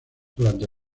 durante